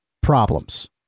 problems